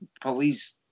police